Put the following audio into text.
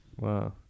Wow